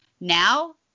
now